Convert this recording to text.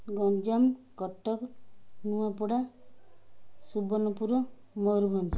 Ganjam Cuttack Nuapada Subarnapur Mayurbhanj